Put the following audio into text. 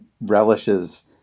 relishes